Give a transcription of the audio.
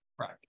Right